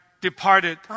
departed